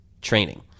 training